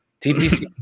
TPC